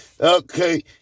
Okay